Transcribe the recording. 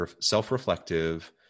self-reflective